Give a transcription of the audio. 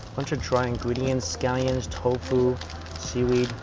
bunch of dry ingredients scallions, tofu seaweed,